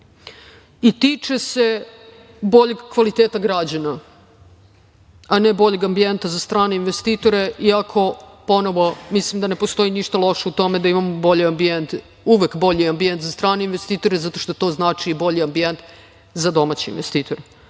i tiče se boljeg kvaliteta građana, a ne boljeg ambijenta za strane investitore iako ponovo mislim da ne postoji ništa loše o tome da imamo uvek bolji ambijent za strane investitore zato što to znači bolji ambijent za domaće investitore. Pomenuli